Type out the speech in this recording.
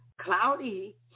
cloudy